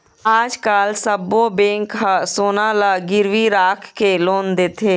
आजकाल सब्बो बेंक ह सोना ल गिरवी राखके लोन देथे